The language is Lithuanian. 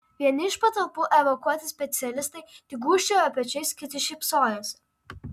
vieni iš patalpų evakuoti specialistai tik gūžčiojo pečiais kiti šypsojosi